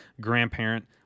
grandparent